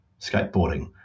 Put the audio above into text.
skateboarding